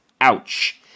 ouch